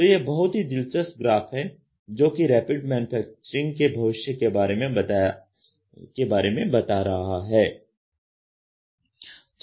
तो यह बहुत ही दिलचस्प ग्राफ़ है जो कि रैपिड मैन्युफैक्चरिंग के भविष्य के बारे में बता रहा है